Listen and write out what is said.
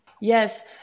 Yes